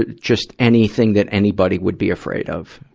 ah just anything that anybody would be afraid of?